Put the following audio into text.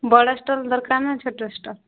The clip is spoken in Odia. ବଡ଼ ଷ୍ଟଲ୍ ଦରକାର୍ ନା ଛୋଟ ଷ୍ଟଲ୍